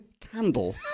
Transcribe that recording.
candle